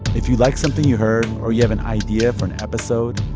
if you like something you heard or you have an idea for an episode,